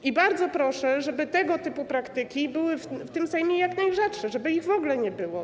I bardzo proszę, żeby tego typu praktyki były w tym Sejmie jak najrzadsze, żeby ich w ogóle nie było.